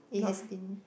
it has been